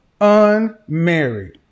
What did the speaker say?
unmarried